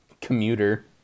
Commuter